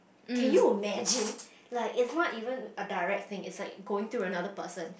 can you imagine like it's not even a direct thing it's like going through another person